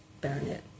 baronet